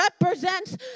represents